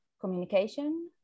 communication